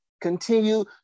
continue